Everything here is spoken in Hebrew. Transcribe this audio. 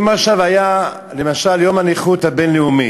אם עכשיו היה למשל יום הנכות הבין-לאומית,